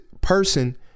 person